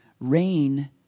Rain